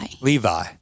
Levi